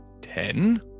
Ten